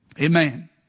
Amen